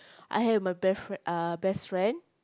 I have my best fri~ uh best friend